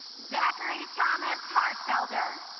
zachary thomas hart felder